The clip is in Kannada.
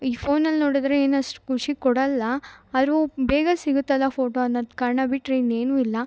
ಈ ಫೋನಲ್ಲಿ ನೋಡಿದ್ರೆ ಏನು ಅಷ್ಟು ಖುಷಿ ಕೊಡೋಲ್ಲ ಆದರು ಬೇಗ ಸಿಗುತ್ತಲ್ಲ ಫೋಟೋ ಅನ್ನೋದು ಕಾರಣ ಬಿಟ್ಟರೆ ಇನ್ನೇನು ಇಲ್ಲ